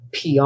PR